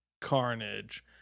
carnage